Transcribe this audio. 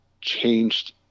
changed